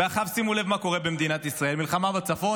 ועכשיו שימו לב מה קורה במדינת ישראל: מלחמה בצפון,